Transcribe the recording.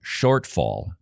shortfall